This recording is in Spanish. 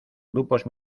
grupos